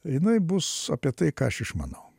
jinai bus apie tai ką aš išmanau